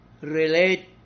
relate